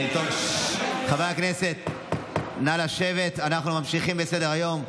חברי הכנסת, נא לשבת, אנחנו ממשיכים בסדר-היום.